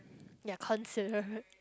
ya consider